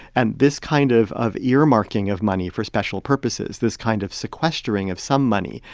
and this kind of of earmarking of money for special purposes, this kind of sequestering of some money,